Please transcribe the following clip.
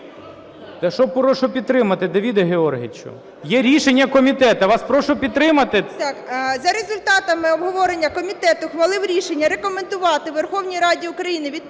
За результатами обговорення комітет ухвалив рішення: рекомендувати Верховній Раді України,